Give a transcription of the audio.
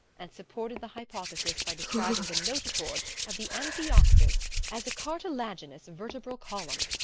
and supported the hypothesis by describing the notochord of the amphioxus as a cartilaginous vertebral column.